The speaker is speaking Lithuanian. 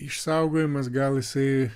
išsaugojimas gal jisai